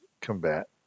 combat